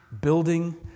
building